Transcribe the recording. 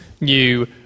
new